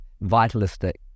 vitalistic